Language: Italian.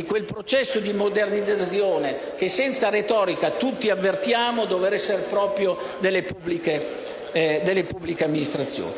di quel processo di modernizzazione che, senza retorica, tutti avvertiamo che dovrebbe essere proprio delle pubbliche amministrazioni.